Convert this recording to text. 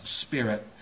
spirit